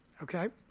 ok?